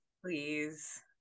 Please